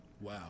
Wow